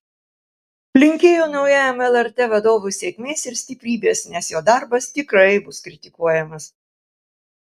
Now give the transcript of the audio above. linkėjo naujajam lrt vadovui sėkmės ir stiprybės nes jo darbas tikrai bus kritikuojamas